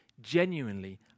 genuinely